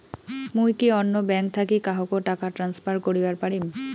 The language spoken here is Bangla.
মুই কি অন্য ব্যাঙ্ক থাকি কাহকো টাকা ট্রান্সফার করিবার পারিম?